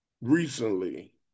recently